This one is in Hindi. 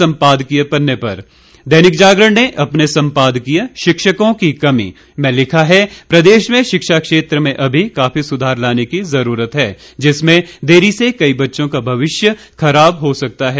सम्पादकीय पन्ने पर दैनिक जागरण ने अपने संपादकीय शिक्षकों की कमी में लिखा है प्रदेश में शिक्षा क्षेत्र में अभी काफी सुधार लाने की जरूरत है जिसमें देरी से कई बच्चों का भविष्य खराब हो सकता है